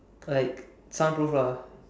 like soundproof lah